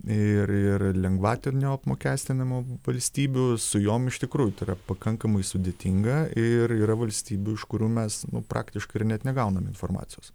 ir ir lengvatinio apmokestinimo valstybių su jom iš tikrųjų tai yra pakankamai sudėtinga ir yra valstybių iš kurių mes praktiškai ir net negaunam informacijos